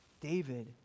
David